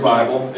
Bible